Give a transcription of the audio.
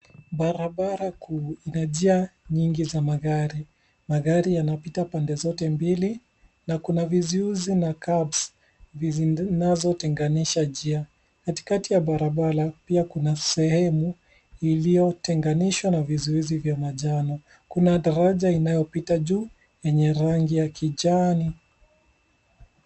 Barabara kuu ina njia nyingi za magari. Magari yanapita pande zote mbili na kuna vizuizi na curbs zinazotenganisha njia. Katikati ya barabara pia kuna sehemu iliyotenganishwa na vizuizi vya manjano. Kuna daraja inayopita juu yenye rangi ya kijani.